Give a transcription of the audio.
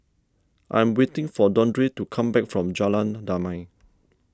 I am waiting for Dondre to come back from Jalan Damai